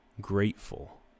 grateful